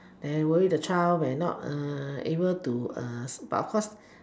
then worry the child may not able to but of course